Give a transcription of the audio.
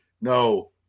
No